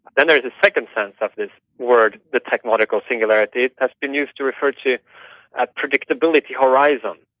then there's the second sense of this word, the technological singularity. it has been used to refer to a predictability horizon,